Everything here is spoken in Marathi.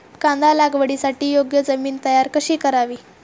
कांदा लागवडीसाठी योग्य जमीन तयार कशी करावी?